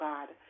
God